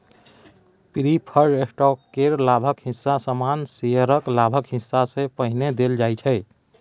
preferred stock केर लाभक हिस्सा सामान्य शेयरक लाभक हिस्सा सँ पहिने देल जाइ छै